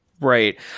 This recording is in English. Right